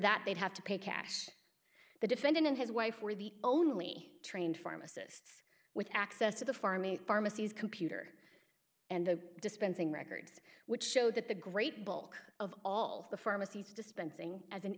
that they'd have to pay cash the defendant and his wife were the only trained pharmacists with access to the pharmacy pharmacies computer and the dispensing records which show that the great bulk of all the pharmacies dispensing as an